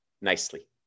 nicely